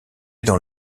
dans